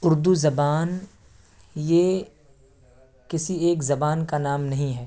اردو زبان یہ کسی ایک زبان کا نام نہیں ہے